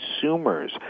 consumers